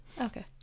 Okay